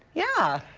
yeah.